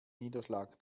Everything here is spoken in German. niederschlag